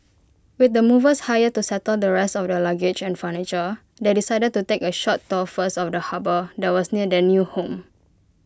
with the movers hired to settle the rest of their luggage and furniture they decided to take A short tour first of the harbour that was near their new home